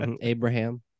abraham